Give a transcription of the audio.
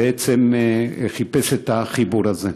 בעצם חיפש את החיבור הזה.